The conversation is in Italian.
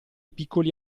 piccoli